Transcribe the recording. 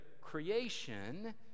creation